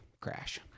Crash